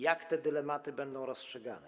Jak te dylematy będą rozstrzygane?